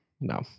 No